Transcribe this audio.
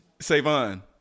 Savon